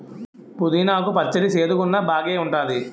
పుదీనా కు పచ్చడి సేదుగున్నా బాగేఉంటాది